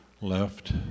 left